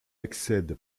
accède